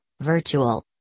virtual